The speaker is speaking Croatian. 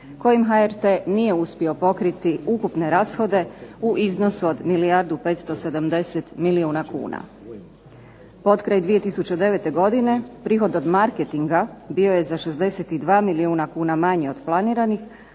kojim HRT nije uspio pokriti ukupne rashode u iznosu od milijardu 570 milijuna kuna. Potkraj 2009. godine prihod od marketinga bio je za 62 milijuna kuna manji od planiranih,